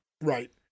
Right